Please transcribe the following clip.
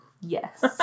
Yes